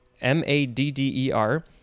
M-A-D-D-E-R